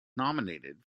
nominated